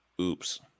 Oops